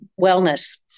wellness